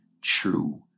true